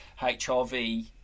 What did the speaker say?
Hrv